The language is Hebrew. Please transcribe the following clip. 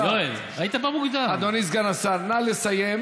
ואני יכול להגיד לך: אני אפילו לא נתתי לו זמן.